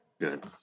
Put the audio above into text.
good